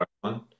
one